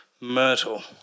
Myrtle